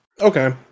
Okay